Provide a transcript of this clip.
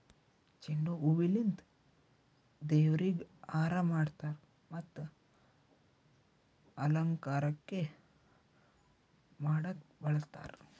ಚೆಂಡು ಹೂವಿಲಿಂತ್ ದೇವ್ರಿಗ್ ಹಾರಾ ಮಾಡ್ತರ್ ಮತ್ತ್ ಅಲಂಕಾರಕ್ಕ್ ಮಾಡಕ್ಕ್ ಬಳಸ್ತಾರ್